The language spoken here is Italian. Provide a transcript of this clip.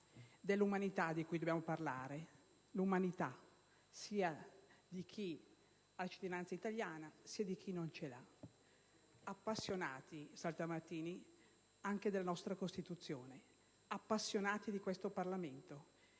dell'umanità di cui dobbiamo parlare. L'umanità, sia di chi ha cittadinanza italiana, sia di chi non ce l'ha. Appassionati, senatore Saltamartini, anche della nostra Costituzione. Appassionati di questo Parlamento.